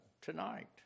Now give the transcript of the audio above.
tonight